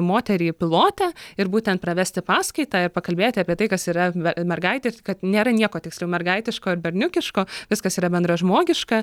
moterį pilotę ir būtent pravesti paskaitą ir pakalbėti apie tai kas yra mergaitė kad nėra nieko tiksliau mergaitiško ir berniukiško viskas yra bendražmogiška